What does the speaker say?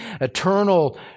eternal